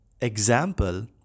example